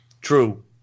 True